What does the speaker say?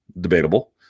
debatable